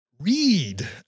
read